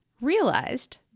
realized